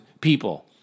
people